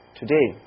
today